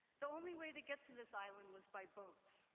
the only way to get to this island was by boat.